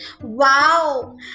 Wow